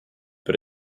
but